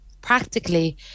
practically